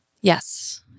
Yes